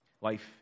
Life